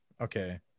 Okay